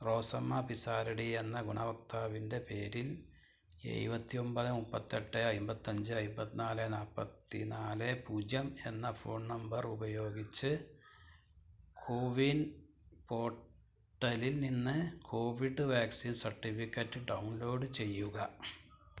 റോസമ്മ പിഷാരടി എന്ന ഗുണഭോക്താവിൻ്റെ പേരിൽ എഴുപത്തി ഒമ്പത് മുപ്പത്തെട്ട് അമ്പത്തഞ്ച് അമ്പത്തിനാല് നാൽപ്പത്തിനാല് പൂജ്യം എന്ന ഫോൺ നമ്പർ ഉപയോഗിച്ച് കോവിൻ പോർട്ടലിൽ നിന്ന് കോവിഡ് വാക്സിൻ സർട്ടിഫിക്കറ്റ് ഡൗൺലോഡ് ചെയ്യുക